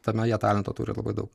tame jie talento turi labai daug